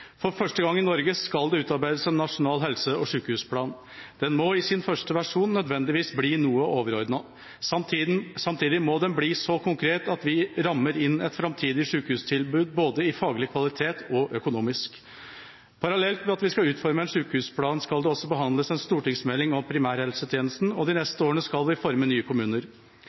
For første gang i Norge skal det utarbeides en nasjonal helse- og sykehusplan. Den må i sin første versjon nødvendigvis bli noe overordnet. Samtidig må den bli så konkret at vi rammer inn et framtidig sykehustilbud, både i faglig kvalitet og økonomisk. Parallelt med at vi skal utforme en sykehusplan, skal det også behandles en stortingsmelding om primærhelsetjenesten, og de neste årene skal vi forme nye kommuner.